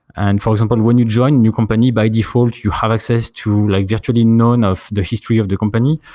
and for example, when you join a new company by default, you have access to like just ready known of the history of the company,